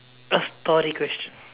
a story question